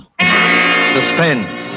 Suspense